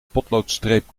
potloodstreep